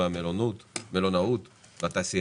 גם מענף המלונאות וגם מהתעשיינים